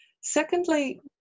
Secondly